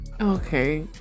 Okay